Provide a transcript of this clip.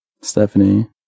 Stephanie